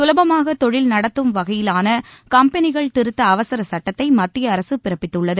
சுலபமாக தொழில் நடத்தும் வகையிலான கம்பெனிகள் திருத்த அவசரச் சுட்டத்தை மத்திய அரசு பிறப்பித்துள்ளது